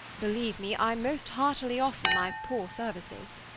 believe me, i most heartily offer my poor services.